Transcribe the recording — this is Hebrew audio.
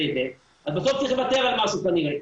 אז בסוף צריך לוותר על משהו כנראה.